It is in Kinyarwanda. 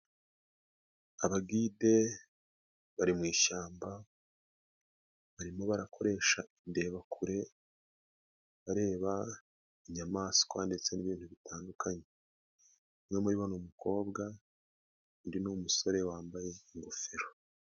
Abagide bari mu ishyamba barimo barakoresha indebakure bareba inyamaswa ndetse n'ibintu bitandukanye. Umwe muri bo ni umukobwa, undi ni umusore wambaye ingofero.